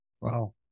Wow